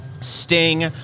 sting